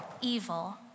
evil